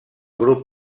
grup